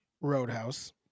Roadhouse